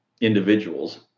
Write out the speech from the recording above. individuals